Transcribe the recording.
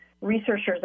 researchers